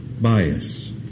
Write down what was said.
bias